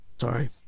Sorry